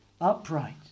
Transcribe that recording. upright